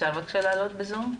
אפשר להעלות בזום?